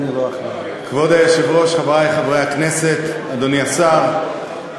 היושב-ראש, חברי חברי הכנסת, אדוני השר,